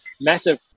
massive